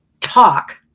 talk